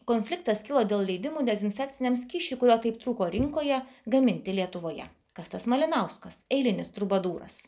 konfliktas kilo dėl leidimų dezinfekciniam skysčiui kurio taip trūko rinkoje gaminti lietuvoje kas tas malinauskas eilinis trubadūras